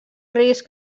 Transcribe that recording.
risc